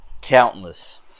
Countless